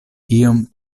iom